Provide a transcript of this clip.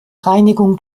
reinigung